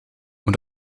und